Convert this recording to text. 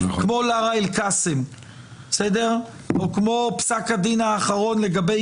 כמו לארה אל-קאסם או כמו פסק הדין האחרון לגבי